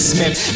Smith